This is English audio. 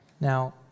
Now